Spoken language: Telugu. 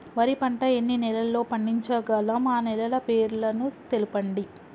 వరి పంట ఎన్ని నెలల్లో పండించగలం ఆ నెలల పేర్లను తెలుపండి?